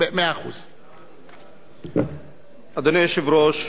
אדוני היושב-ראש,